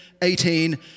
18